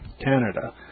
Canada